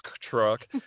truck